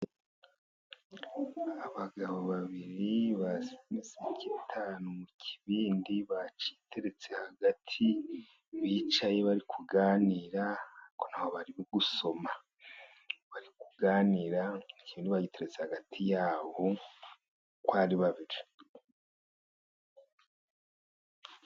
Abagabo babiri basize imiseke itanu mu kibindi, bacyiteretse hagati bicaye bari kuganira bari gusoma, bari kuganira ku kintu bagiteretse hagati yabo uko ari babiri.